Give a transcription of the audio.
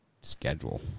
schedule